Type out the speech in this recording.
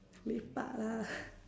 lepak lah